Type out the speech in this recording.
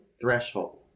threshold